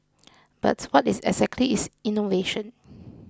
but what exactly is innovation